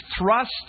thrust